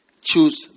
choose